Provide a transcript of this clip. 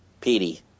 Petey